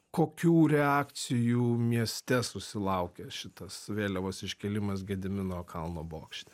kokių reakcijų mieste susilaukė šitas vėliavos iškėlimas gedimino kalno bokšte